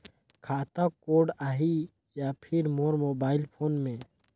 खाता कोड आही या फिर मोर मोबाइल फोन मे?